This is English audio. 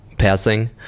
Passing